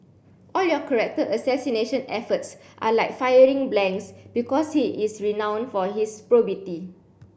all your character assassination efforts are like firing blanks because he is renown for his probity